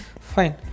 fine